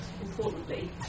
importantly